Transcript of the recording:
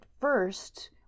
first